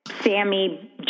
Sammy